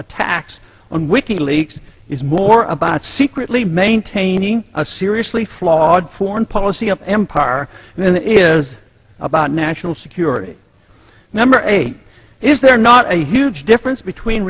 leaks is more about secretly maintaining a seriously flawed foreign policy of empire and it is about national security number eight is there not a huge difference between